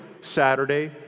Saturday